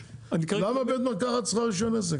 למה בית מרקחת צריך רישיון עסק?